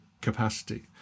capacity